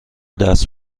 دست